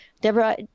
Deborah